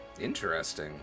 interesting